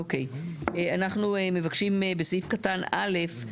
אנחנו מבקשים שבסעיף קטן (א),